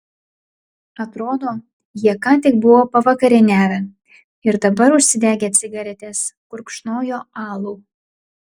atrodo jie ką tik buvo pavakarieniavę ir dabar užsidegę cigaretes gurkšnojo alų